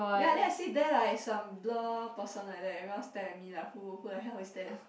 ya then I sit there like some blur person like that everyone stare at me like who who the hell is that